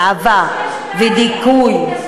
הרעבה ודיכוי.